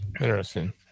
Interesting